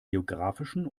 geografischen